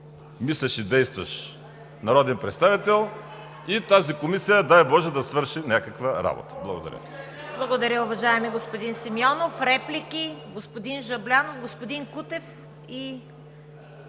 мислещ и действащ народен представител и тази комисия, дай боже, да свърши някаква работа. Благодаря.